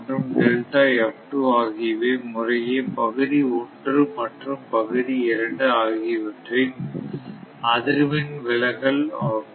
மற்றும் ஆகியவை முறையே பகுதி 1 மற்றும் பகுதி 2 ஆகியவற்றின் அதிர்வெண் விலகல் ஆகும்